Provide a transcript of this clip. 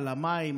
המים,